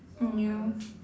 mm ya